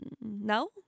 no